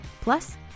Plus